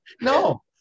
No